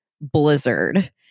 blizzard